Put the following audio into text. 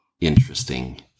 interesting